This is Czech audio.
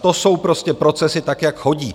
To jsou prostě procesy, tak jak chodí.